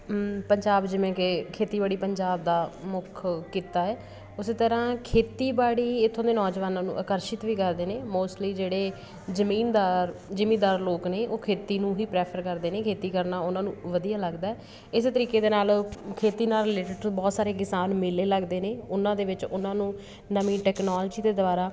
ਪੰਜਾਬ ਜਿਵੇਂ ਕਿ ਖੇਤੀਬਾੜੀ ਪੰਜਾਬ ਦਾ ਮੁੱਖ ਕਿੱਤਾ ਹੈ ਉਸੇ ਤਰ੍ਹਾਂ ਖੇਤੀਬਾੜੀ ਇੱਥੋਂ ਦੇ ਨੌਜਵਾਨਾਂ ਨੂੰ ਆਕਰਸ਼ਿਤ ਵੀ ਕਰਦੇ ਨੇ ਮੋਸਟਲੀ ਜਿਹੜੇ ਜ਼ਮੀਨਦਾਰ ਜਿਮੀਂਦਾਰ ਲੋਕ ਨੇ ਉਹ ਖੇਤੀ ਨੂੰ ਹੀ ਪ੍ਰੈਫਰ ਕਰਦੇ ਨੇ ਖੇਤੀ ਕਰਨਾ ਉਹਨਾਂ ਨੂੰ ਵਧੀਆ ਲੱਗਦਾ ਇਸੇ ਤਰੀਕੇ ਦੇ ਨਾਲ ਖੇਤੀ ਨਾਲ ਰਿਲੇਟਡ ਬਹੁਤ ਸਾਰੇ ਕਿਸਾਨ ਮੇਲੇ ਲੱਗਦੇ ਨੇ ਉਹਨਾਂ ਦੇ ਵਿੱਚ ਉਹਨਾਂ ਨੂੰ ਨਵੀਂ ਟੈਕਨੋਲਜੀ ਦੇ ਦੁਆਰਾ